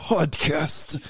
Podcast